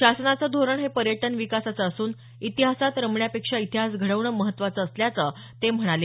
शासनाचं धोरण हे पर्यटन विकासाचे असून इतिहास्रात रमण्यापेक्षा इतिहास घडविणं महत्त्वाचं असल्याचं ते म्हणाले